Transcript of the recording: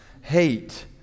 hate